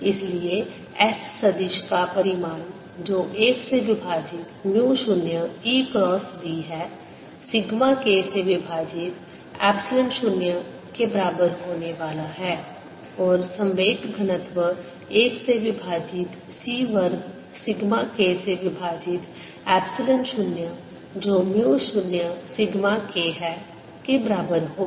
इसलिए S सदिश का परिमाण जो 1 से विभाजित म्यू 0 E क्रॉस B है सिग्मा K से विभाजित एप्सिलॉन 0 के बराबर होने वाला है और संवेग घनत्व 1 से विभाजित c वर्ग सिग्मा K से विभाजित एप्सिलॉन 0 जो म्यू 0 सिग्मा K है के बराबर होगा